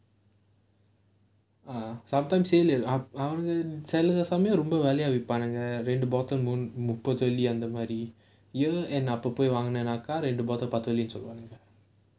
uh sometimes அவனுங்க சில சமயம் ரொம்ப விலையா விப்பானுங்க ரெண்டு:avanunga sila samayam romba vilaiyaa vippaanunga rendu bottle முப்பது வெள்ளி அந்த மாதிரி:muppathu velli antha maathiri year end அப்போ போய் வாங்குனனாக்க ரெண்டு:appo poi vaangunaakka rendu bottle பத்து வெள்ளி சொல்வாங்க:paththu velli solvaanga